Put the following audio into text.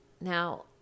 now